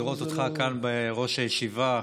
לראות אותך כאן בראש הישיבה,